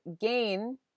gain